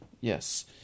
yes